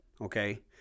okay